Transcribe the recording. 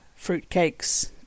fruitcakes